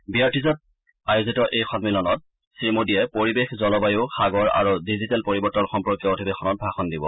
বিয়াৰিট্জত আয়োজিত এই সন্মিলনত শ্ৰীমোডীয়ে পৰিৱেশ জলবায়ু সাগৰ আৰু ডিজিটেল পৰিৱৰ্তন সম্পৰ্কীয় অধিৱেশনত ভাষণ দিব